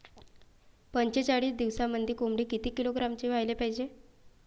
पंचेचाळीस दिवसामंदी कोंबडी किती किलोग्रॅमची व्हायले पाहीजे?